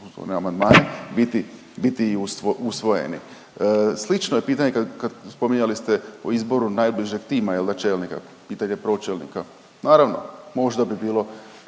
… amandmani biti usvojeni. Slično je pitanje kad spominjali ste o izboru najbližeg tim čelnika, pitanje pročelnika, naravno možda bi bilo